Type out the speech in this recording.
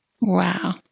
Wow